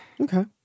Okay